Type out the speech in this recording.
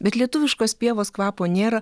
bet lietuviškos pievos kvapo nėr